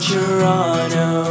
Toronto